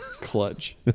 Clutch